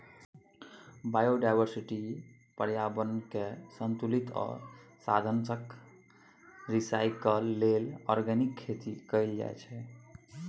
biodiversity, प्रर्याबरणकेँ संतुलित आ साधंशक रिसाइकल लेल आर्गेनिक खेती कएल जाइत छै